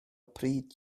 pryd